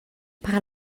per